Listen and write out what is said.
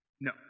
No